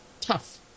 tough